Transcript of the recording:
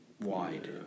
wide